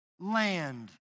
land